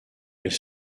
elle